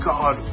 God